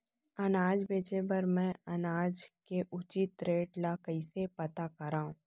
अनाज बेचे बर मैं अनाज के उचित रेट ल कइसे पता करो?